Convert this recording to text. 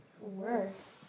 Worst